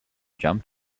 jump